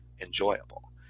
enjoyable